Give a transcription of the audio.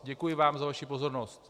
Děkuji vám za vaši pozornost.